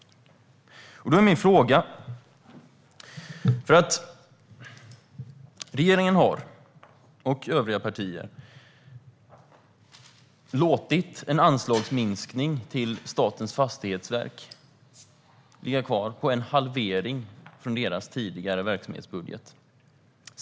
Regeringen och övriga partier har låtit anslagsminskningen till Statens fastighetsverk ligga kvar på en halvering från deras tidigare verksamhetsbudget.